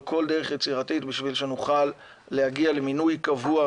כל דרך יצירתית בשביל שנוכל להגיע למינוי קבוע,